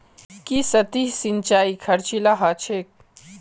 की सतही सिंचाई खर्चीला ह छेक